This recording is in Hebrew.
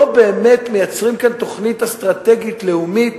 לא באמת מייצרים כאן תוכנית אסטרטגית לאומית